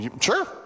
Sure